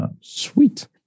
Sweet